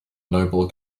noble